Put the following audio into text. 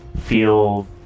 feel